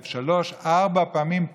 שלוש-ארבע פעמים,